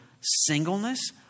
singleness